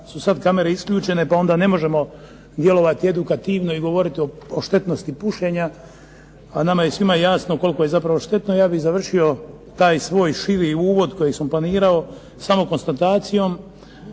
su sad kamere isključene pa onda ne možemo djelovati edukativno i govoriti o štetnosti pušenja, a nama je svima jasno koliko je zapravo štetno, ja bih završio taj svoj širi uvod kojeg sam planirao samo konstatacijom